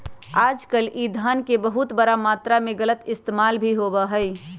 आजकल ई धन के बहुत बड़ा मात्रा में गलत इस्तेमाल भी होबा हई